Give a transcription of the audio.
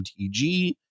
mtg